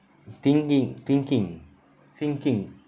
thinking thinking thinking